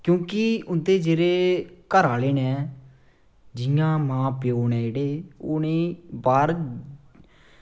क्योंकि उंदे जेह्ड़े घरा आह्ले न जियां मां प्यो न जेह्ड़े ओह् उ'नें ई बाहर